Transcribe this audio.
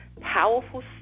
powerful